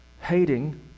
hating